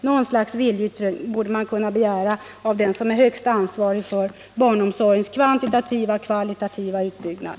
Något slags viljeyttring borde man kunna begära av den som är högste ansvarige för barnomsorgens kvantitativa och kvalitativa utbyggnad.